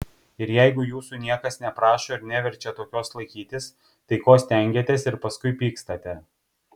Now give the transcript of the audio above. ir jeigu jūsų niekas neprašo ir neverčia tokios laikytis tai ko stengiatės ir paskui pykstate